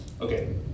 Okay